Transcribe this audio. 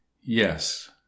yes